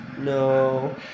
No